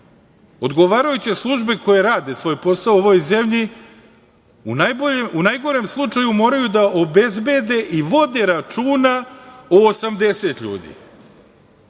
odgovarajuće službe koje rade svoj posao u ovoj zemlji u najgorem slučaju moraju da obezbede i vode računa o 80 ljudi.